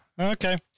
Okay